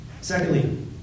Secondly